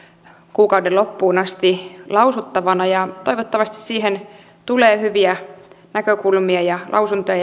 kuukauden loppuun asti lausuttavana ja toivottavasti siihen tulee hyviä näkökulmia ja lausuntoja